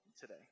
today